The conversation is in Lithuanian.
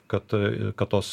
kad kad tos